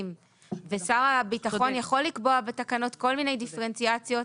ושר הביטחון יכול לקבוע בתקנות כל מיני דיפרנציאציות